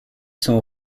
sont